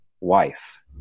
wife